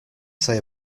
say